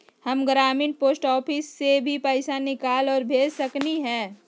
हम ग्रामीण post office से भी पैसा निकाल और भेज सकेली?